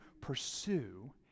pursue